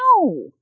No